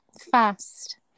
fast